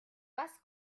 was